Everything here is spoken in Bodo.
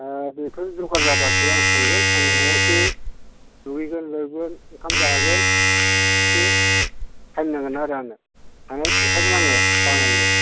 दा बेफोर जगार जाब्लासो आं थांगोन आं न'आव एसे दुगैगोन लोबगोन ओंखाम जागोन एसे टाइम नांगोन आरो आंनो थांनाया थांखागोन आङो बानायनो